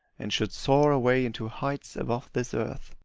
and should soar away into heights above this earth.